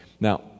Now